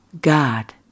God